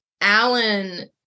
Alan